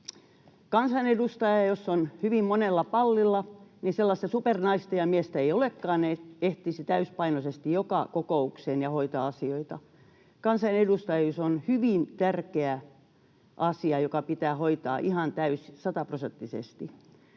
kansanedustaja on hyvin monella pallilla, niin sellaista supernaista tai -miestä ei olekaan, joka ehtisi täysipainoisesti joka kokoukseen ja hoitaa asioita. Kansanedustajuus on hyvin tärkeä asia, joka pitää hoitaa ihan täysin sataprosenttisesti.